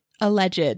alleged